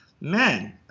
man